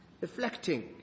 Reflecting